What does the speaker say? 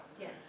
yes